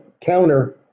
counter